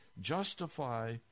justify